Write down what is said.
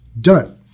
done